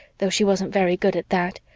though she wasn't very good at that,